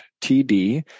TD